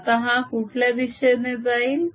आता हा कुठल्या दिशेने जाईल